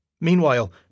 Meanwhile